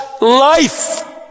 life